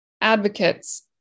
advocates